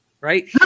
Right